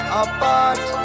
apart